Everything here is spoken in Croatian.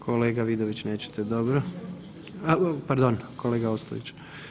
Kolega Vidović nećete, dobro, a pardon kolega Ostojić.